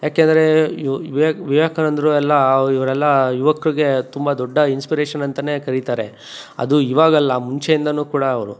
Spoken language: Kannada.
ಯಾಕೆಂದರೆ ಯು ವಿವೇಕಾನಂದರು ಎಲ್ಲ ಇವ್ರೆಲ್ಲ ಯುವಕರಿಗೆ ತುಂಬ ದೊಡ್ಡ ಇನ್ಸ್ಪಿರೇಷನ್ ಅಂತ ಕರಿತಾರೆ ಅದು ಇವಾಗಲ್ಲ ಮುಂಚೆಯಿಂದ ಕೂಡ ಅವರು